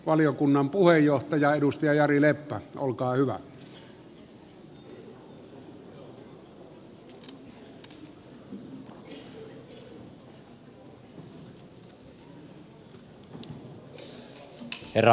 valiokunnan puheenjohtajan edustaja jari leppä on herra puhemies